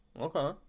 okay